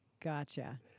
Gotcha